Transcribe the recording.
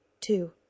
Two